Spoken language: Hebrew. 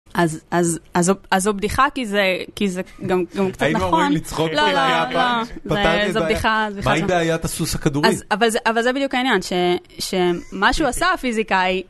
אז אז אז זו אז זו בדיחה, כי זה כי זה גם גם גם קצת נכון. היינו אמורים לצחוק על ה לא, לא. לא. זו בדיחה. מה עם בעיית הסוס הכדורי? אבל זה אבל זה בדיוק העניין, שמה שהוא עשה הפיזיקאי